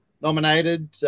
nominated